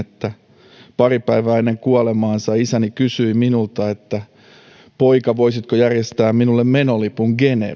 että pari päivää ennen kuolemaansa isäni kysyi minulta poika voisitko järjestää minulle menolipun geneveen